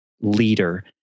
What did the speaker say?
leader